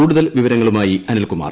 കൂടുതൽ വിവരങ്ങളുമായി അനിൽകുമാർ